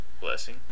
Blessing